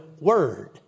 word